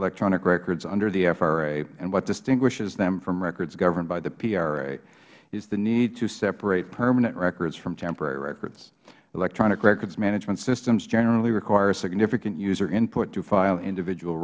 electronic records under the fra and what distinguishes them from records governed by the pra is the need to separate permanent records from temporary records electronic records management systems generally require significant user input to file individual